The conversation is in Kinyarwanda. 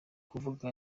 kuvuga